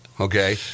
okay